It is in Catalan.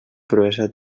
proesa